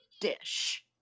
dish